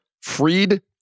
freed